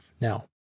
Now